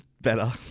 better